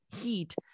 heat